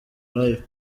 live